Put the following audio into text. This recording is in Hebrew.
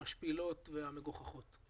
המשפילות והמגוחכות.